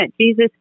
Jesus